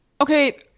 Okay